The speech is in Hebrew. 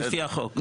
לפי החוק.